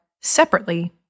separately